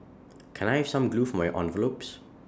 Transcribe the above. can I have some glue for my envelopes